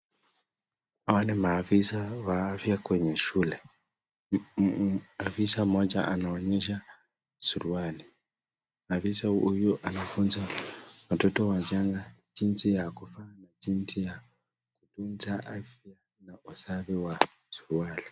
Hawa ni wafisa wa afya kwenye shule afisa moja anaonyesha suruali afisa huyu anafunza watoto wachanga jinsi ya kuvaa na jinsi ya kulinda afya na usafi wa suruali.